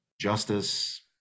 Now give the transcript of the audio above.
Justice